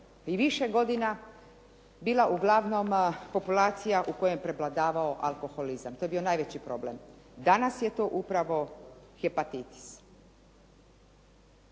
i više godina bila uglavnom populacija u kojoj je prevladavao alkoholizam, to je bio najveći problem. Danas je to upravo hepatitis.